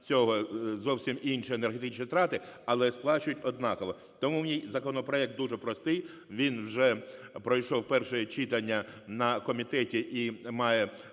цього зовсім інші енергетичні втрати, але сплачують однаково. Тому мій законопроект дуже простий, він вже пройшов перше читання на комітеті, і має